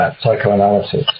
psychoanalysis